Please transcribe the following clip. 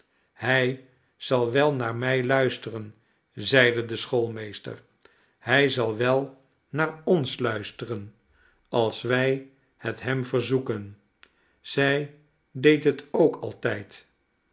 hij zal wel naar mij luisteren zeide de schoolmeester hij zal wel naar ons luisteren als wij het hem verzoeken zij deed het ook altijd